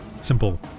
simple